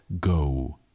go